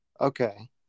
Okay